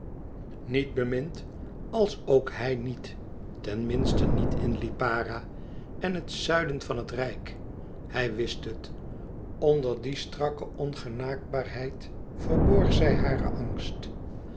niet bemind als ook hij niet tenminste niet in lipara en het zuiden van het rijk hij wist het onder die strakke ongenaakbaarheid verborg zij haren angst